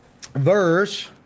verse